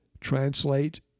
translate